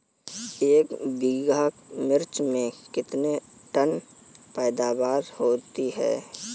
एक बीघा मिर्च में कितने टन पैदावार होती है?